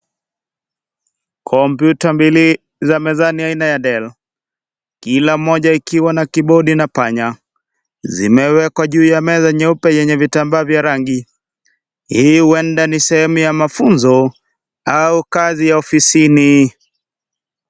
Kompyuta mbili za mezani aina ya Dell. Kila mmoja ikiwa na kibodi na panya. Zimewekwa juu ya meza nyeupe yenye vitambaa vya rangi. Hii huenda ni sehemu ya mafunzo au kazi ya ofisini.